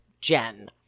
Jen